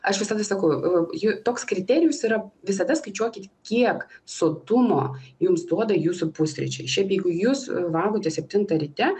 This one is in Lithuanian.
aš visada sakau jų toks kriterijus yra visada skaičiuokit kiek sotumo jums duoda jūsų pusryčiai šiaip jeigu jūs valgote septintą ryte